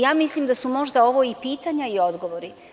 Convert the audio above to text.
Ja mislim da su možda ovo i pitanja i odgovori.